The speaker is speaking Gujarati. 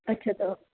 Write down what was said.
અચ્છા તો